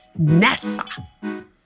NASA